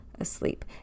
asleep